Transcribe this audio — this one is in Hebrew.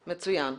מצוין.